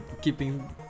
keeping